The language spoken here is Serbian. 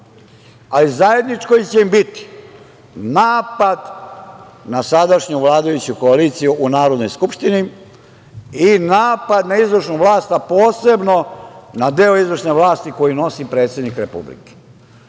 a zajedničko će im biti napad na sadašnju vladajuću koaliciju u Narodnoj skupštini i napad na izvršnu vlast, a posebno na deo izvršne vlasti koju nosi predsednik Republike.